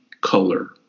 color